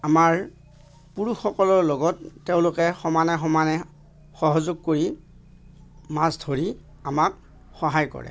আমাৰ পুৰুষসকলৰ লগত তেওঁলোকে সমানে সমানে সহযোগ কৰি মাছ ধৰি আমাক সহায় কৰে